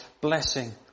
blessing